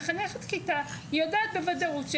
מחנכת כיתה היא יודעת בוודאות,